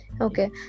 Okay